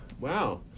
wow